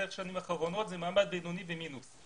השנים האחרונות זה מעמד בינוני ומינוס.